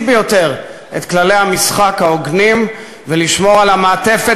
ביותר את כללי המשחק ההוגנים ולשמור על המעטפת,